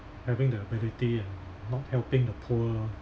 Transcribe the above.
having the ability and not helping the poor